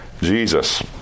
Jesus